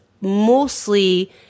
mostly